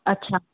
अछा